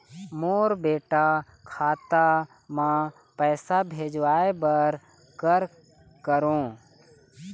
मोर बेटा खाता मा पैसा भेजवाए बर कर करों?